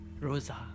Rosa